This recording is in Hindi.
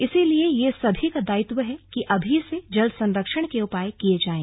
इसलिए यह सभी का दायित्व है कि अभी से जल संरक्षण के उपाय किए जाएं